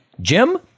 Jim